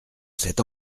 cet